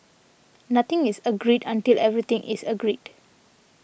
nothing is agreed until everything is agreed